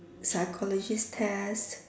psychologist test